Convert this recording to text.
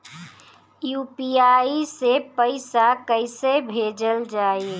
UPI से पैसा कइसे भेजल जाई?